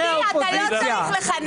אותי אתה לא צריך לחנך.